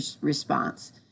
response